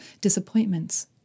disappointments